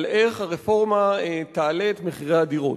על איך הרפורמה תעלה את מחירי הדירות,